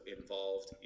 involved